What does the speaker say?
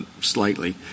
slightly